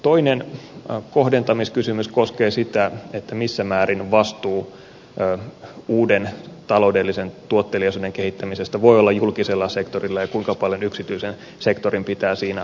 toinen kohdentamiskysymys koskee sitä missä määrin vastuu uuden taloudellisen tuotteliaisuuden kehittämisestä voi olla julkisella sektorilla ja kuinka paljon yksityisen sektorin pitää siinä olla mukana